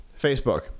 Facebook